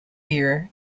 year